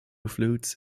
flutes